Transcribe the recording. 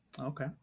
Okay